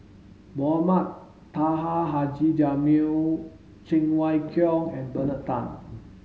Mohamed Taha Haji Jamil Cheng Wai Keung and Bernard Tan